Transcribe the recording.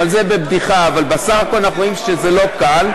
זה בבדיחה, אבל בסך הכול אנחנו רואים שזה לא קל.